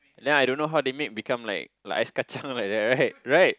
then I don't know how they made become like ice-kacang like that right right